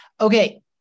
Okay